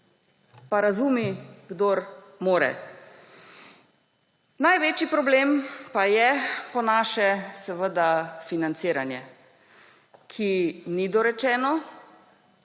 Pa razumi, kdor more. Največji problem pa je, po naše, seveda financiranje, ki ni dorečeno